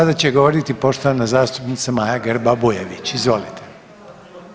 Sada će govoriti poštovana zastupnica Maja Grba-Bujević, izvolite.